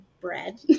bread